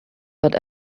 but